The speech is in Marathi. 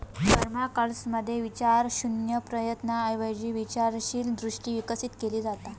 पर्माकल्चरमध्ये विचारशून्य प्रयत्नांऐवजी विचारशील दृष्टी विकसित केली जाता